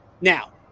Now